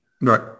Right